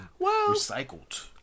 Recycled